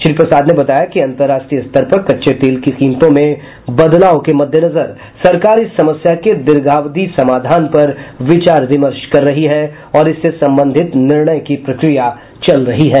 श्री प्रसाद ने बताया कि अंतर्राष्ट्रीय स्तर पर कच्चे तेल की कीमतों में बदलाव के मद्देनजर सरकार इस समस्या के दीर्घावधि समाधान पर विचार विमर्श कर रही है और इससे संबंधित निर्णय की प्रक्रिया चल रही है